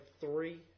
three